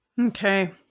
Okay